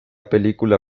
película